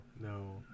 No